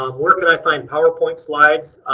um where can i find powerpoint slides?